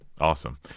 Awesome